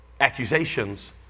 accusations